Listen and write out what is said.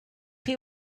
chi